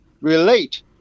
relate